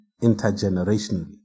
intergenerationally